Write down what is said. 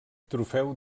trofeu